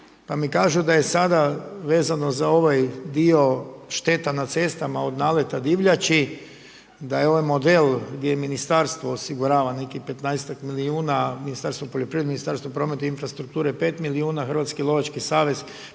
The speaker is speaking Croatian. pa mi kažu da je sada vezano za ovaj dio šteta na cestama od naleta divljači da je ovaj model gdje ministarstvo osigurava nekih 15ak milijuna Ministarstvo poljoprivrede, Ministarstvo prometa infrastrukture 5 milijuna, Hrvatski lovački savez